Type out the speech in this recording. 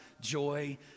joy